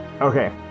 Okay